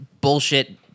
bullshit